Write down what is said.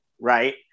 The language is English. right